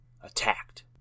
attacked